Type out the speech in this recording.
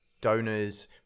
donors